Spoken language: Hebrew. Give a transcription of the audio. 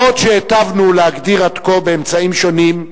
בעוד שהיטבנו להגדיר עד כה, באמצעים שונים,